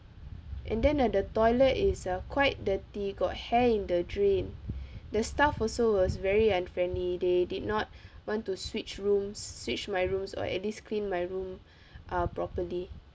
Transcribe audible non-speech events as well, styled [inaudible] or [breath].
and then uh the toilet is uh quite dirty got hair in the drain the staff also was very unfriendly they did not [breath] want to switch rooms switch my rooms or at least clean my room uh properly